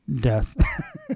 death